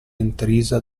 intrisa